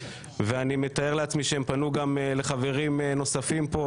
ואני מתאר לעצמי שהן פנו גם לחברים נוספים פה,